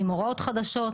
עם הוראות חדשות,